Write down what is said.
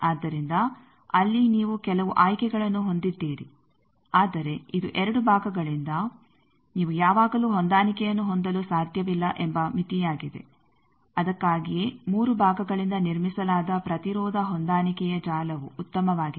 ಆದ್ದರಿಂದ ಅಲ್ಲಿ ನೀವು ಕೆಲವು ಆಯ್ಕೆಗಳನ್ನು ಹೊಂದಿದ್ದೀರಿ ಆದರೆ ಇದು 2 ಭಾಗಗಳಿಂದ ನೀವು ಯಾವಾಗಲೂ ಹೊಂದಾಣಿಕೆಯನ್ನು ಹೊಂದಲು ಸಾಧ್ಯವಿಲ್ಲ ಎಂಬ ಮಿತಿಯಾಗಿದೆ ಅದಕ್ಕಾಗಿಯೇ ಮೂರು ಭಾಗಗಳಿಂದ ನಿರ್ಮಿಸಲಾದ ಪ್ರತಿರೋಧ ಹೊಂದಾಣಿಕೆಯ ಜಾಲವು ಉತ್ತಮವಾಗಿದೆ